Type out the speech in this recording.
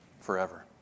forever